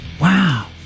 Wow